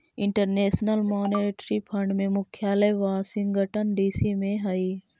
international monetary fund के मुख्यालय Washington DC में हई